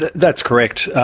that's correct,